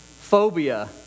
phobia